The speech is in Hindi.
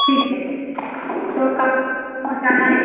ठीक है तो कहाँ पहुँचा गाड़ी